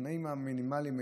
התנאים המינימליים,